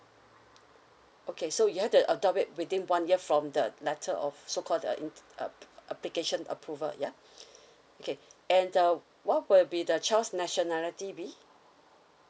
okay so you have to adopt it within one year from the letter of so called the int~ uh application approval yeah okay and uh what will be the child's nationality be